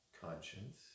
conscience